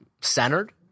centered